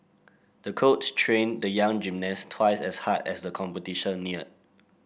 the coach trained the young gymnast twice as hard as the competition neared